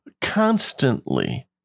constantly